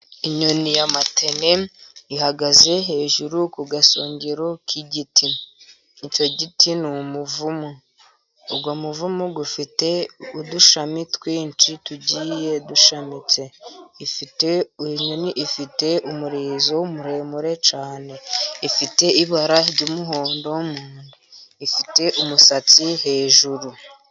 Inyoni ya matene ihagaze hejuru ku gasongero k'igiti, icyo giti ni umuvumu. Uwo muvumu ufite udushami twinshi tugiye dushamitse. Inyoni ifite umurizo muremure cyane, ifite ibara ry'umuhondo mu nda, ifite umusatsi hejuru.